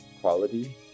quality